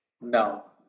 No